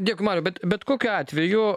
dėkui mariau bet bet kokiu atveju